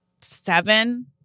seven